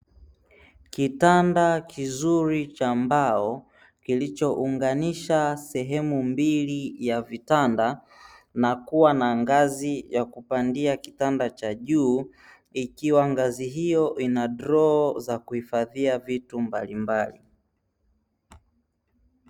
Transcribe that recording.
Kitanda kizuri cha mbao kilichounganisha sehemu mbili ya vitanda, na kuwa na ngazi ya kupandia kitanda cha juu ikiwa ngazi hiyo ina droo za kuhifadhia vitu mbalimbali.